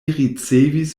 ricevis